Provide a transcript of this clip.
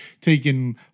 taken